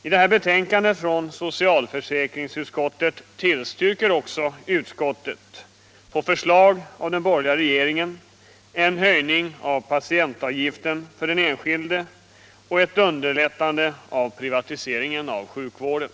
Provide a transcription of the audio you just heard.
I detta betänkande från socialförsäkringsutskottet tillstyrker också utskottet — på förslag av den borgerliga regeringen — en höjning av patientavgiften för den enskilde och ett underlättande av privatiseringen av sjukvården.